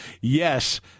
Yes